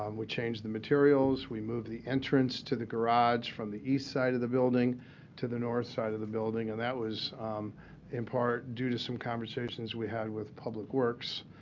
um we changed the materials. we moved the entrance to the garage from the east side of the building to the north side of the building. and that was in part due to some conversations we had with public works.